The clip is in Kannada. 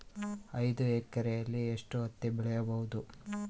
ಐದು ಎಕರೆಯಲ್ಲಿ ಎಷ್ಟು ಹತ್ತಿ ಬೆಳೆಯಬಹುದು?